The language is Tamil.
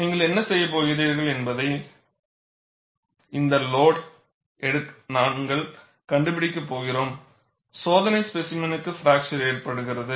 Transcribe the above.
நீங்கள் என்ன செய்யப் போகிறீர்கள் என்பதனால் எந்த லோடுயை நாங்கள் கண்டுபிடிக்கப் போகிறோம் சோதனை ஸ்பேசிமென்க்கு ஃப்பராக்சர் ஏற்படுகிறது